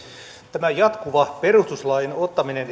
tämä jatkuva perustuslain ottaminen